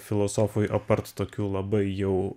filosofui apart tokių labai jau